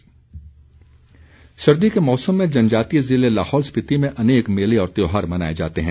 गोची उत्सव सर्दी के मौसम में जनजातीय ज़िले लाहौल स्पीति में अनेक मेले और त्योहार मनाए जाते हैं